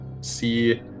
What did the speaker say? see